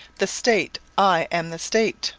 the state! i am the state